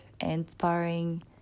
inspiring